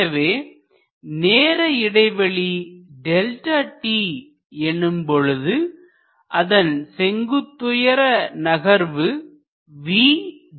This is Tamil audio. எனவே நேர இடைவெளி Δt எனும் பொழுது அதன் செங்குத்து உயர நகர்வு vΔ t என்பதாக இருக்கும்